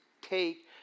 take